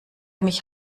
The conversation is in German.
mich